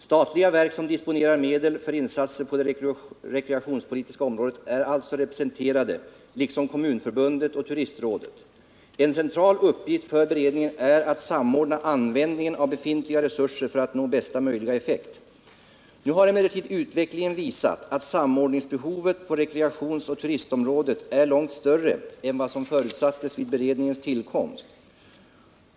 Statliga verk som disponerar medel för insatser på det rekreationspolitiska området är representerade liksom Kommunförbundet och turistrådet. En central uppgift för beredningen är att samordna användningen av befintliga resurser för att nå bästa möjliga effekt. Nu har emellertid utvecklingen visat att samordningsbehovet på rekreationsoch turistområdet är långt större än vad som förutsattes vid beredningens tillkomst.